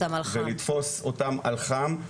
ולתפוס אותם על חם,